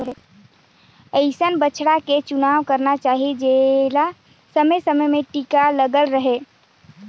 अइसन बछवा के चुनाव करना चाही जेला समे समे में टीका लगल रहें